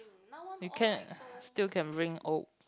you can still can bring old